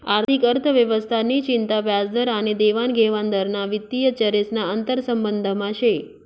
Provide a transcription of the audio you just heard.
आर्थिक अर्थव्यवस्था नि चिंता व्याजदर आनी देवानघेवान दर ना वित्तीय चरेस ना आंतरसंबंधमा से